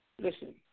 Listen